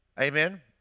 Amen